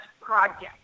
project